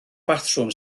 batrwm